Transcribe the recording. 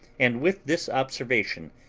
and with this observation,